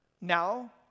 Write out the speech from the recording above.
Now